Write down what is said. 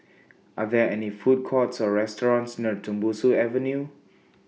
Are There any Food Courts Or restaurants near Tembusu Avenue